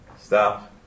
stop